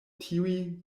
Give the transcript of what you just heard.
tiuj